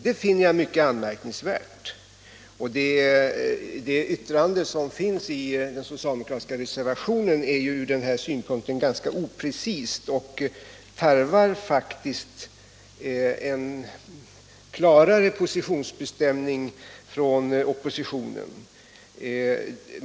Det finner jag mycket anmärkningsvärt, och den socialdemokratiska reservationens skrivning är från den synpunkten ganska oprecis och tarvar faktiskt en klarare positionsbestämning från oppositionen.